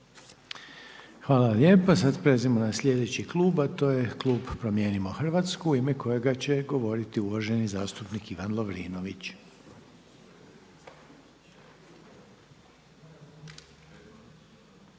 Hvala lijepa. Sad prelazimo na slijedeći klub, a to je klub Promijenimo Hrvatsku, u ime kojeg će govoriti zastupnik Ivan Lovrinović.